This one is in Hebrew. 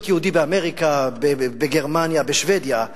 להיות יהודי באמריקה, בגרמניה, בשבדיה,